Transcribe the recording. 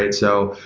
and so,